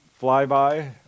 flyby